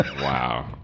Wow